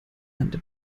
ernte